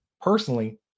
personally